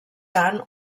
tant